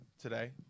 today